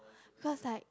because I